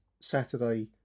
Saturday